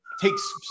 Takes